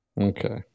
Okay